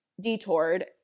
detoured